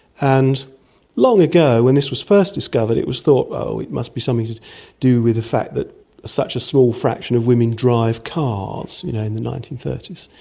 and long ago when this was first discovered it was thought, well, it must be something to do with the fact that such a small fraction of women drive cars, you know, in the nineteen thirty s.